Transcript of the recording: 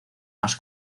más